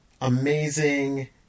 amazing